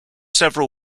several